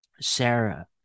Sarah